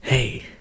Hey